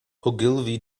ogilvy